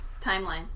timeline